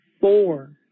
four